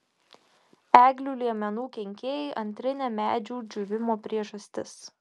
eglių liemenų kenkėjai antrinė medžių džiūvimo priežastis